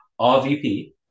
RVP